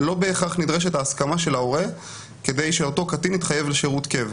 לא בהכרח נדרשת ההסכמה של ההורה כדי שאותו קטין יתחייב לשירות קבע.